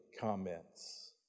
comments